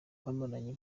bamaranye